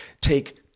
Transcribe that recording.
take